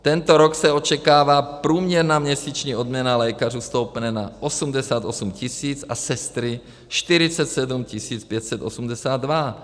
Tento rok se očekává, že průměrná měsíční odměna lékařů stoupne na 88 tis. a sestry 47 582.